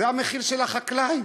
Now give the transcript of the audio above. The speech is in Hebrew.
זה המחיר של החקלאי